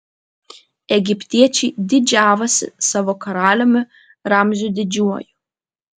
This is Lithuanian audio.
egiptiečiai didžiavosi savo karaliumi ramziu didžiuoju